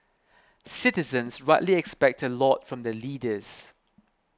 citizens rightly expect a lot from their leaders